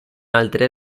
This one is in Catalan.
altre